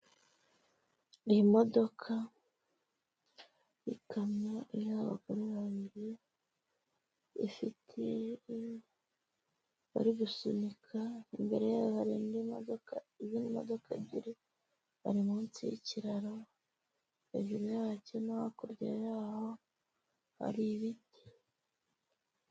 Ni imodoka y'ikamyo iriho abagore babiri, ifite bari gusunika, imbere yayo hari indi modoka izindi modoka ebyiri, bari munsi y'ikiraro, hejuru yacyo no hakurya y'aho hari ibiti.